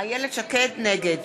נגד